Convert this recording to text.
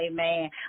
amen